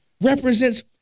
represents